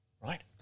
right